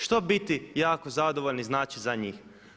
Što biti jako zadovoljni znači za njih?